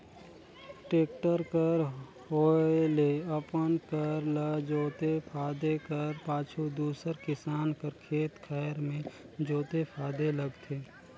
tractor कर होए ले अपन कर ल जोते फादे कर पाछू दूसर किसान कर खेत खाएर मे जोते फादे लगथे